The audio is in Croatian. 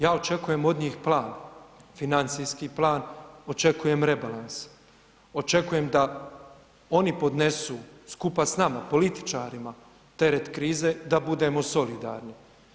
Ja očekujem od njih plan, financijski plan, očekujem rebalans, očekujem da oni podnesu skupa s nama političarima teret krize, da budemo solidarni.